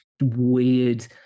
weird